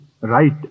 right